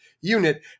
unit